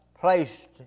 placed